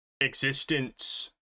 existence